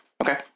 Okay